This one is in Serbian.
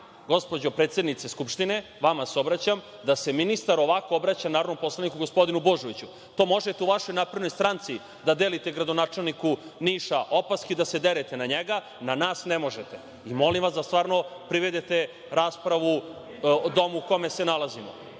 gospođo predsednice Skupštine, vama se obraćam, da se ministar ovako obraća narodnom poslaniku, gospodinu Božoviću? To možete u vašoj Naprednoj stranici da delite gradonačelniku Niša opaske i da se derete na njega, na nas ne možete. Molim vas da stvarno privedete raspravu Domu u kome se nalazimo.